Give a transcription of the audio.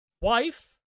wife